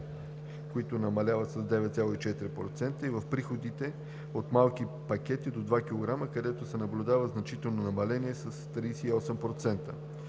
(които намаляват с 9,4%) и в приходите от малки пакети до 2 кг, където се наблюдава значително намаление (с 38%).